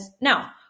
Now